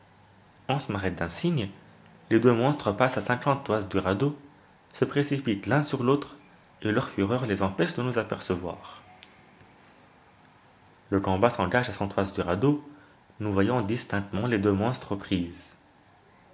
hans m'arrête d'un signe les deux monstres passent à cinquante toises du radeau se précipitent l'un sur l'autre et leur fureur les empêche de nous apercevoir le combat s'engage à cent toises du radeau nous voyons distinctement les deux monstres aux prises